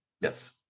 Yes